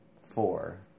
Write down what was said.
Four